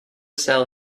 sell